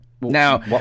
now